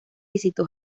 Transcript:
visitó